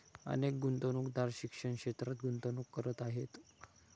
अनेक गुंतवणूकदार शिक्षण क्षेत्रात गुंतवणूक करत आहेत